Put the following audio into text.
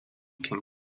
can